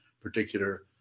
particular